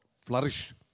flourish